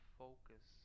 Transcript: focus